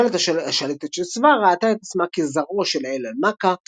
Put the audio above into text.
השושלת השלטת של סבא ראתה את עצמה כזרעו של האל אלמקה